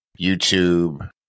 YouTube